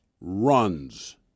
runs